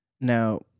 Now